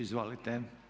Izvolite.